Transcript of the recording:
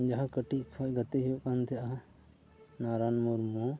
ᱡᱟᱦᱟᱸ ᱠᱟᱹᱴᱤᱡ ᱠᱷᱚᱡ ᱜᱟᱛᱮ ᱦᱩᱭᱩᱜ ᱠᱟᱱ ᱛᱟᱦᱮᱱᱟ ᱱᱟᱨᱟᱱ ᱢᱩᱨᱢᱩ